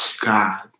God